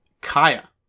Kaya